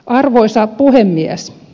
arvoisa puhemies